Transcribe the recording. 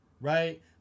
Right